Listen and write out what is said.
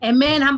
Amen